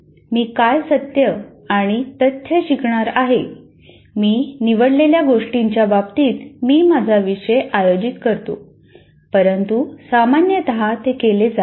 मी काय सत्य आणि तथ्य शिकणार आहे मी निवडलेल्या गोष्टींच्या बाबतीत मी माझा विषय आयोजित करतो परंतु सामान्यत ते केले जात नाही